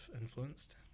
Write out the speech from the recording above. influenced